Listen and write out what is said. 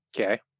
Okay